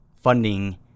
funding